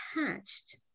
attached